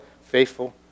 faithful